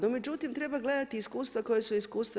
No međutim treba gledati iskustva koja su iskustva EU.